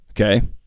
okay